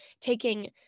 taking